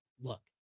Look